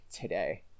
today